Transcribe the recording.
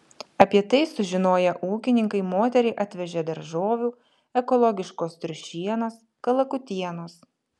apie tai sužinoję ūkininkai moteriai atvežė daržovių ekologiškos triušienos kalakutienos